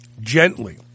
gently